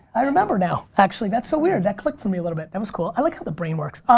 i remember now. actually, that's so weird, that clicked for me a little bit. that was cool, i like how the brain works.